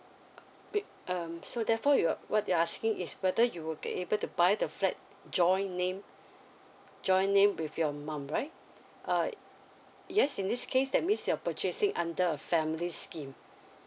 wait um so therefore you uh what you are asking is whether you would be able to buy the flat join name join name with your mum right uh yes in this case that means you're purchasing under a family's scheme